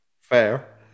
Fair